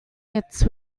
its